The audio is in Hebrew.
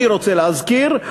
אני רוצה להזכיר,